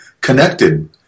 connected